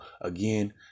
again